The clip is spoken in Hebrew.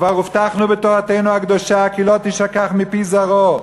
כבר הובטחנו בתורתנו הקדושה "כי לא תִשָכח מפי זרעו".